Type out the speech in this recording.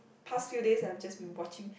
past few days I've just been watching